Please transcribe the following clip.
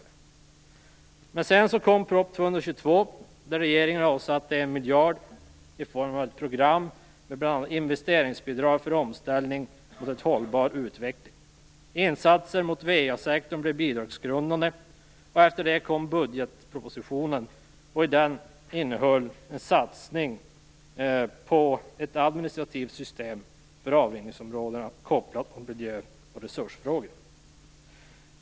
Sedan kom proposition 1995/96:222 där regeringen avsatte 1 miljard i form av ett program med bl.a. investeringsbidrag för omställning mot en hållbar utveckling. Insatser mot VA-sektorn blev bidragsgrundande. Efter det kom budgetpropositionen, och den innehöll en satsning på ett administrativt system för avrinningsområdena kopplat mot miljö och resursfrågor.